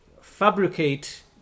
fabricate